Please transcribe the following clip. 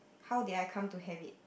how did I come to have it